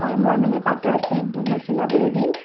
হয় মই মানে পাটৰ চেট দুযোৰ চিলাবলৈ দিম